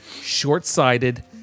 short-sighted